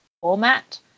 format